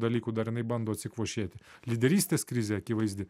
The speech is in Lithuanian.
dalykų dar jinai bando atsikvošėti lyderystės krizė akivaizdi